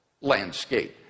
landscape